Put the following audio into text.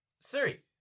Siri